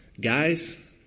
guys